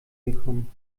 gekommen